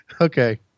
okay